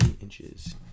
inches